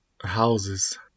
houses